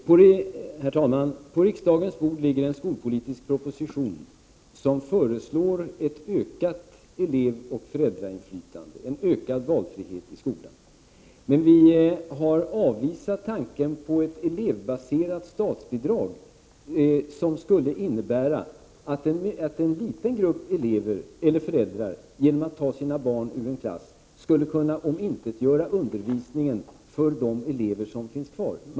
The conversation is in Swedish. Herr talman! På riksdagens bord ligger en skolpolitisk proposition där det 10 november 1988 föreslås ett ökat elevoch föräldrainflytande och en ökad valfrihet i skolan. = JY-lodi raom Vi har i propositionen avvisat tanken på ett elevbaserat statsbidrag, som skulle kunna innebära att en liten grupp föräldrar genom att ta sina barn ur en klass skulle kunna omintetgöra undervisningen för de elever som finns kvar i skolan.